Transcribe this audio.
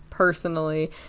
Personally